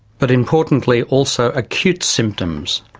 but importantly also acute symptoms.